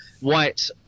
white